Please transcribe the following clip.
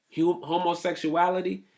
homosexuality